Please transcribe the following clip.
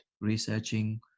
researching